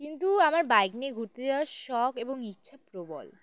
কিন্তু আমার বাইক নিয়ে ঘুরতে যাওয়ার শখ এবং ইচ্ছা প্রবল